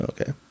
Okay